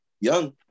young